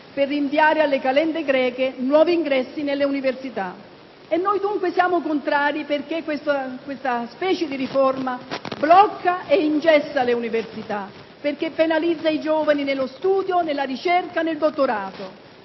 per rinviare alle calende greche nuovi ingressi nelle università. Noi dunque siamo contrari, perché questa specie di riforma blocca ed ingessa le università, perché penalizza i giovani nello studio, nella ricerca e nel dottorato.